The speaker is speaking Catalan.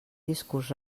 discurs